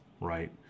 right